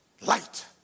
light